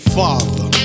father